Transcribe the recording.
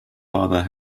father